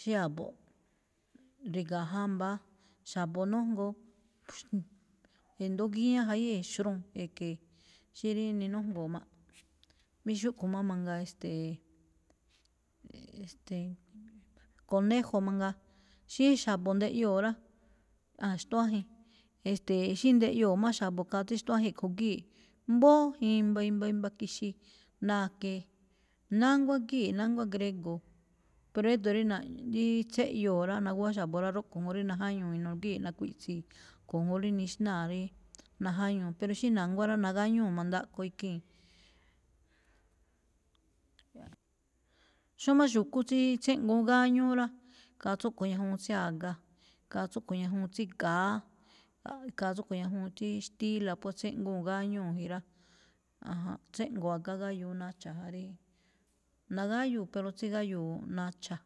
xí a̱bo̱ꞌ ri̱ga̱a̱ jamba̱á, xa̱bo̱ jnúngoo, xnd- e̱ndo̱ó gíñá jayée̱, xru̱u̱n e̱ke̱e̱, xí rí ninújngoo̱ máꞌ. Mí xúꞌkho̱ má mangaa, e̱ste̱e̱, e̱ste̱e̱, conejo mangaa. Xí xa̱bo̱ ndeꞌyoo̱ rá, aa, xtuájen, e̱ste̱e̱, xí ndeꞌyoo̱ má xa̱bo̱, khaa tsí xtuájen khue̱ ꞌgíi, mbóó i̱mba̱, i̱mba̱, i̱mba̱ ki̱xi̱i̱, na̱ke̱e̱, nánguá ꞌgíi̱ nánguá ngrego̱o̱, pero édo̱ rí na- ríí tséꞌyoo̱ rá, naguwá xa̱bo̱ rá, rúꞌkho̱ juun rí najáñuu̱ inuu ꞌgíi̱ nakuiꞌtsii̱, kho̱ juun rí nixnáa̱ rí najáñuu̱, pero xí na̱nguá rá, nagáñúu̱ ma̱ndaꞌkho ikhii̱n. Xómá xu̱kú tsí tséꞌgu̱ún gáñúú rá, khaa tsúꞌkho̱ ñajuun tsí a̱ga, khaa tsúꞌkho̱ ñajuun tsí ga̱á, khaa tsúꞌkhue̱ ñajuun tsí xtíla̱ pues, tsíꞌgúu̱n gáñúu̱ jin rá. Janjánꞌ, tséꞌngo̱o̱ a̱ga ágáyuu nacha ja rí, nagáyuu̱ pero tsígáyuu̱ nacha̱.